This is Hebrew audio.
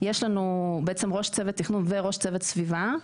יש לנו ראש צוות תכנון וראש צוות סביבה,